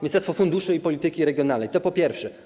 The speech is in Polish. Ministerstwo Funduszy i Polityki Regionalnej, to po pierwsze.